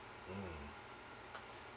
mm